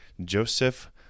Joseph